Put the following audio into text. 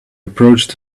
approached